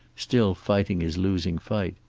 still fighting his losing fight.